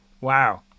wow